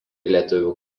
lietuvių